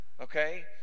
okay